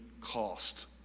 cost